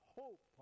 hope